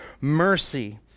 mercy